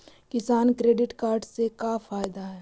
किसान credit card से का फायदा है?